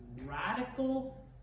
radical